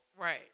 Right